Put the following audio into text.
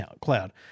Cloud